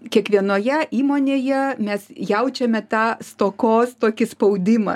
kiekvienoje įmonėje mes jaučiame tą stokos tokį spaudimą